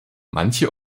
manche